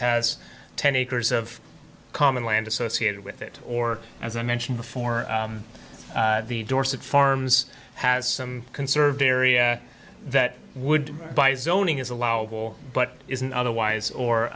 has ten acres of common land associated with it or as i mentioned before the dorset farms has some conserved area that would bite zoning is allowable but isn't otherwise